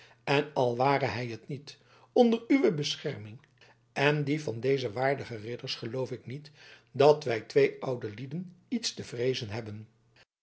en al ware hij het niet onder uwe bescherming en die van deze waardige ridders geloof ik niet dat wij twee oude lieden iets te vreezen hebben